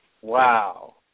Wow